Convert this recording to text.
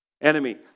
Enemy